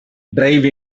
drive